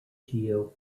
geo